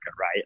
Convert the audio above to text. right